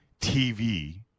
TV